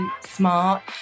smart